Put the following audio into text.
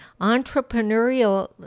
Entrepreneurial